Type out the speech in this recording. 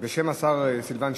בשם השר סילבן שלום,